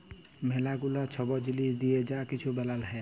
ম্যালা গুলা ছব জিলিস দিঁয়ে যা কিছু বালাল হ্যয়